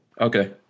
Okay